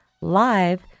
live